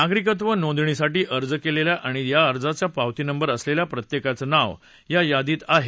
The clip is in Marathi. नागरिकत्व नोंदणीसाठी अर्ज केलेल्या आणि त्या अर्जाचा पावती नंबर असलेल्या प्रत्येकाचं नाव या यादीत आहे